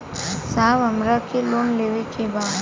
साहब हमरा के लोन लेवे के बा